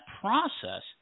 process